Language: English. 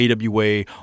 AWA